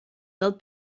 del